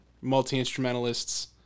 multi-instrumentalists